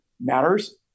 matters